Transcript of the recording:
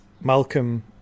Malcolm